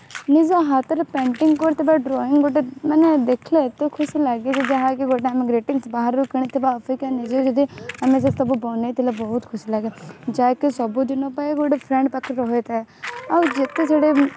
ନିଜ ହାତରେ ପେଣ୍ଟିଂ କରିଥିବା ଡ୍ରଇଂ ଗୋଟେ ମାନେ ଦେଖିଲେ ଏତେ ଖୁସି ଲାଗେ ଯେ ଯାହାକି ଆମେ ଗ୍ରିଟିଂସ୍ ବାହାରୁ କିଣିଥିବା ଅପେକ୍ଷା ନିଜେ ଯଦି ଆମେ ସବୁ ବନେଇ ଥିଲେ ବହୁତ ଖୁସି ଲାଗେ ଯାହାକି ସବୁଦିନ ପାଇଁ ଗୋଟେ ଫ୍ରେଣ୍ଡ୍ ପାଖରେ ରହିଥାଏ ଆଉ ଯେତେ ଯେଡ଼େ